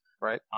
Right